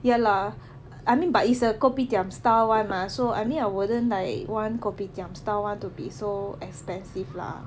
ya lah I mean but it's a kopitiam style [one] mah so I mean I wouldn't like one kopitiam style [one] to be so expensive lah and took a civil suit I think news